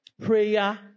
prayer